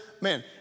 man